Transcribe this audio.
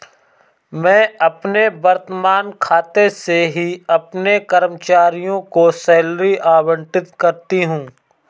मैं अपने वर्तमान खाते से ही अपने कर्मचारियों को सैलरी आबंटित करती हूँ